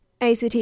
ACT